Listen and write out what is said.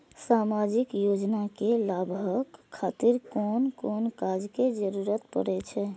सामाजिक योजना के लाभक खातिर कोन कोन कागज के जरुरत परै छै?